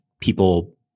people